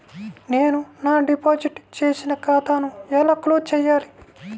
నేను నా డిపాజిట్ చేసిన ఖాతాను ఎలా క్లోజ్ చేయాలి?